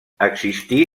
existí